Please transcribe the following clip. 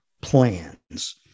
plans